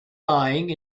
lying